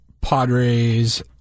Padres